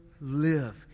live